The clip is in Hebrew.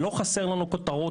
לא חסר לנו כותרות